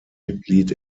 mitglied